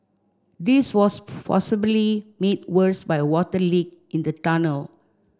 this was possibly made worse by a water leak in the tunnel